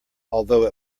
although